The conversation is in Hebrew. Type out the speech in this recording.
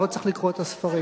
אני לא צריך לקרוא את הספרים.